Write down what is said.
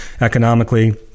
economically